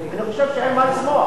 אין מה לשמוח,